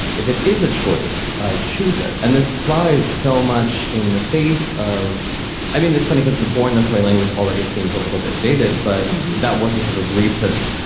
if it is a choice, i'd choose it. and this flies so much in the face of i mean, it's funny because the born this way language already seems a little bit dated, but that was a sort of recent,